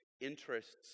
interests